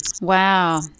wow